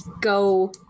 go